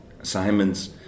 assignments